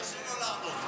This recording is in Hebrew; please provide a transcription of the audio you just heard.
אסור לו לעלות.